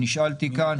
נשאלתי על זה כאן.